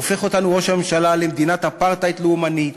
הופך אותנו ראש הממשלה למדינת אפרטהייד לאומנית,